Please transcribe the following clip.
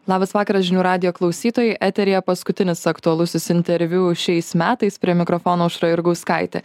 labas vakaras žinių radijo klausytojai eteryje paskutinis aktualusis interviu šiais metais prie mikrofono aušra jurgauskaitė